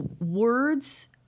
words